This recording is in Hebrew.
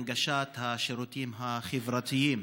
הנגשת השירותים החברתיים